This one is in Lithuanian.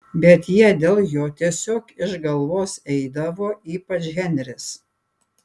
bet jie dėl jo tiesiog iš galvos eidavo ypač henris